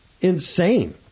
Insane